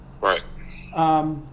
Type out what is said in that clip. Right